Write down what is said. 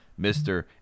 Mr